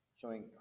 showing